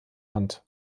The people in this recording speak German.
hand